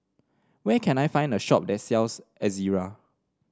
where can I find a shop that sells Ezerra